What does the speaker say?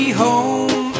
home